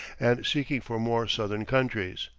and seeking for more southern countries,